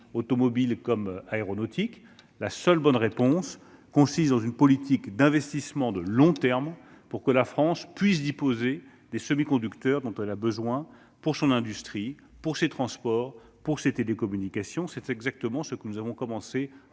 automobile comme aéronautique. La seule bonne réponse consiste à mener une politique d'investissement de long terme pour que la France puisse disposer des semi-conducteurs dont elle a besoin pour son industrie, ses transports, ses télécommunications. C'est exactement ce que nous avons commencé à engager